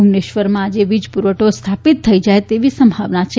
ભુવનેશ્વરમાં આજે વીજપુરવઠો સ્થાપિત થઇ જાત તેવી સંભાવના છે